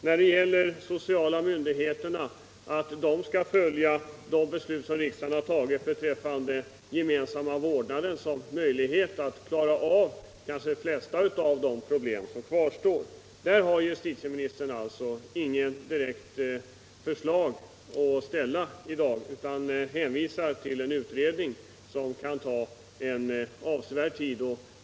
När det gäller att få de sociala myndigheterna att följa de beslut riksdagen har tagit beträffande gemensam vårdnad som en möjlighet att klara av de flesta problem som kan kvarstå har justitieministern inget direkt förslag att lägga fram i dag utan hänvisar till en utredning som Nr 43 kan ta avsevärd tid.